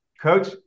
Coach